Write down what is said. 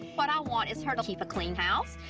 what i want is her to keep a clean house.